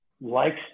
likes